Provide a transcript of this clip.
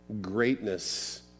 greatness